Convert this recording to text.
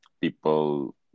people